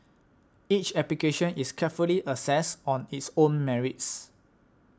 each application is carefully assessed on its own merits